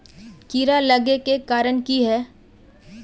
कीड़ा लागे के कारण की हाँ?